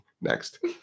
Next